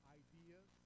ideas